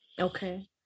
Okay